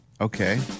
Okay